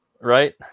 right